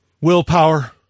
willpower